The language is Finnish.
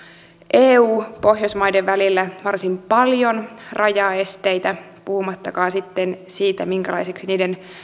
eu ja pohjoismaiden välillä varsin paljon rajaesteitä puhumattakaan sitten siitä minkälaiseksi niiden